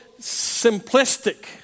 simplistic